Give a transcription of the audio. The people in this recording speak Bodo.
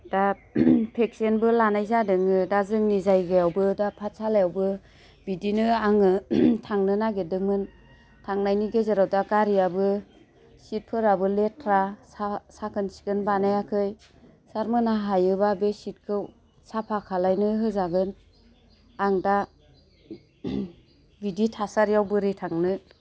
दा भेक्सिनबो लानाय जादोङो दा जोंनि जायगायावबो दा पाठसालायावबो बिदिनो आङो थांनो नागिरदोंमोन थांनायनि गेजेराव दा गारियाबो सिटफोराबो लेथ्रा साखोन सिखोन बानायाखै सारमोना हायोबा बे सिटखौ साफा खालायनो होजागोन आं दा बिदि थासारियाव बोरै थांनो